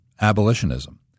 abolitionism